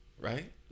right